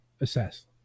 assess